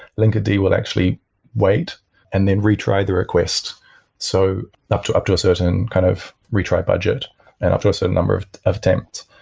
linkerd will actually wait and then retry the request so up to up to a certain kind of retry budget and up to a certain number of of attempt.